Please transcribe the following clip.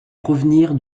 provenir